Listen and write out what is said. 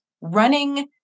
running